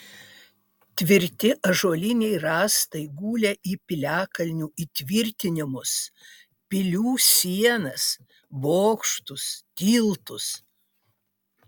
tvirti ąžuoliniai rąstai gulė į piliakalnių įtvirtinimus pilių sienas bokštus tiltus